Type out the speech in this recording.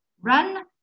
run